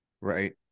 Right